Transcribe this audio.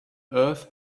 earth